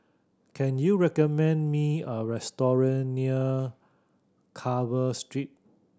can you recommend me a restaurant near Carver Street